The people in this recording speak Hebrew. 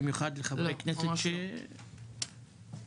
במיוחד לחברי כנסת ש- -- חבר'ה,